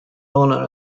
owner